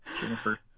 Jennifer